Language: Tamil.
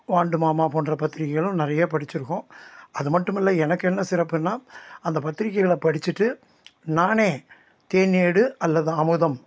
வாண்டு மாமா போன்ற பத்திரிக்கைகளும் நிறையா படித்திருக்கோம் அது மட்டும் இல்லை எனக்கு என்ன சிறப்புன்னா அந்த பத்திரிக்கைகளை படிச்சுட்டு நானே தேனேடு அல்லது அமுதம்